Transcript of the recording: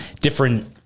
different